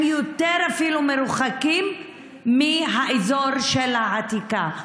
אפילו יותר מרוחקים מהאזור של העתיקה.